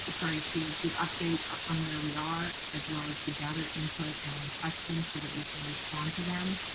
sorry, to give updates on where we are as well as to gather input and questions so that we can respond to them.